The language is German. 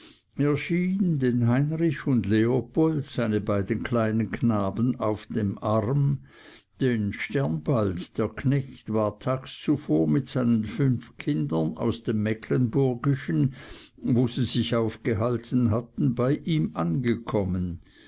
heinrich und leopold seine beiden kleinen knaben auf dem arm denn sternbald der knecht war tags zuvor mit seinen fünf kindern aus dem mecklenburgischen wo sie sich aufgehalten hatten bei ihm angekommen